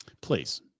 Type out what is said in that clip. Please